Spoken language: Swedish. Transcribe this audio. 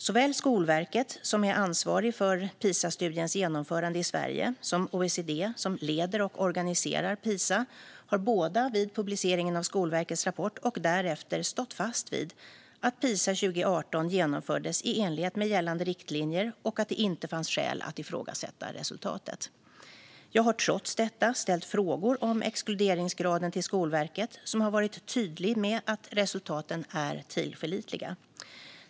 Såväl Skolverket, som är ansvarigt för Pisastudiens genomförande i Sverige, som OECD, som leder och organiserar Pisa, har både vid publiceringen av Skolverkets rapport och därefter stått fast vid att Pisa 2018 genomfördes i enlighet med gällande riktlinjer och att det inte fanns skäl att ifrågasätta resultatet. Jag har trots detta ställt frågor om exkluderingsgraden till Skolverket, som har varit tydligt med att resultaten är tillförlitliga.